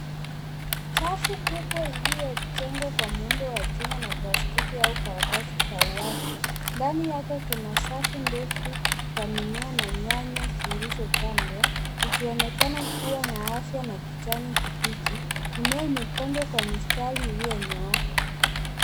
Chafu kubwa iliyojengwa kwa muundo wa chuma na plastiki au karatasi za wazi. Ndani yake kuna safu ndefu za mimea na nyanya zilizopandwa, ikionekana kuwa na afya na kijani kibichi. Mmea imepandwa kwa mistari iliyonyooka.